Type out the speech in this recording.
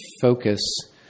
focus